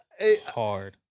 Hard